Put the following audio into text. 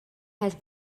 has